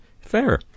fair